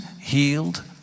healed